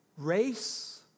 Race